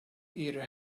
either